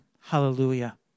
Hallelujah